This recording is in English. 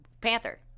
panther